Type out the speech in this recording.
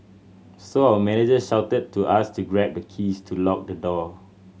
so our manager shouted to us to grab the keys to lock the door